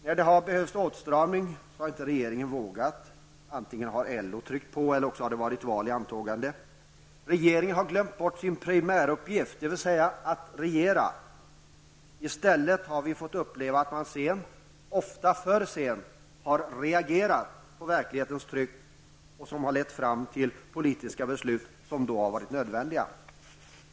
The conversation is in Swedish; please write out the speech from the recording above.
När det har behövts en åtstramning har regeringen inte vågat. Antingen har LO tryckt på eller också har det varit val i antågande. Regeringen har glömt bort sin primäruppgift, dvs. att regera. I stället har vi fått uppleva att man sent -- ofta för sent -- har reagerat på verklighetens tryck, som har lett fram till nödvändiga politiska beslut.